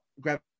grab